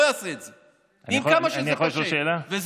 אני לא אעשה את זה, עם כמה שזה קשה.